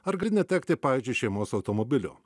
ar gali netekti pavyzdžiui šeimos automobilio